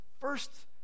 first